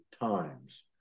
times